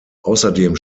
außerdem